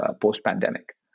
post-pandemic